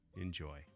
Enjoy